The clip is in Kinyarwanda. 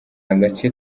agace